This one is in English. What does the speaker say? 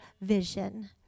vision